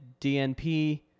DNP